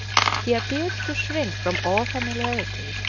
he appeared to shrink from all familiarity,